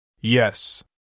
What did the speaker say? Yes